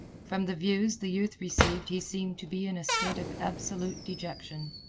from the views the youth received he seemed to be in a state of absolute dejection.